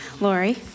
Lori